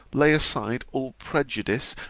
lay aside all prejudice,